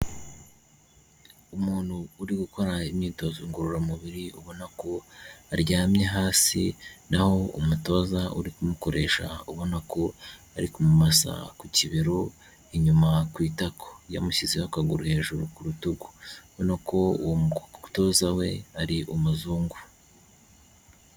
Umuntu uri gukora imyitozo ngororamubiri ubona ko aryamye hasi, naho umutoza uri kumukoresha ubona ko ari kumumasa ku kibero, inyuma ku itako. Yamushyizeho akaguru hejuru ku rutugu. Urabona ko uwotoza we ari umuzungu.